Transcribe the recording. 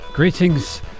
Greetings